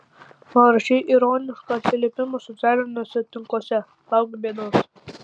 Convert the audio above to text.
parašei ironišką atsiliepimą socialiniuose tinkluose lauk bėdos